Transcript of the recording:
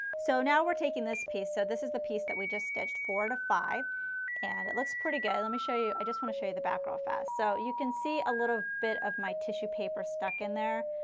so now we are taking this piece, so this is the piece that we just stitched four to five and it looks pretty good. let me show you, i just want to show you the back real fast. so you can see a little bit of my tissue paper stuck in there,